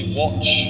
watch